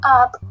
up